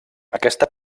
aquesta